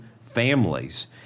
families